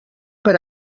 per